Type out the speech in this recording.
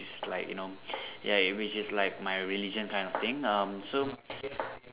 which is like you know ya which is like my religion kind of thing um so